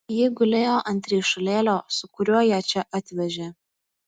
ji gulėjo ant ryšulėlio su kuriuo ją čia atvežė